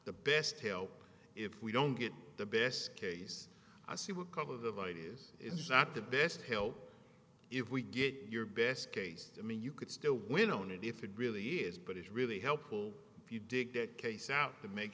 the best help if we don't get the best case i see what a couple of ideas is not the best help if we get your best case i mean you could still win on it if it really is but it's really helpful if you dig that case out to make